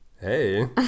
Hey